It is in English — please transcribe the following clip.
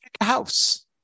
house